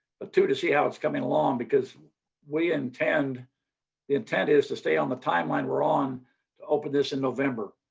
but to to see how it's coming along because we intend the intent is to stay on the timeline we're on to open this in november.